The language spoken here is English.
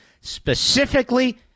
specifically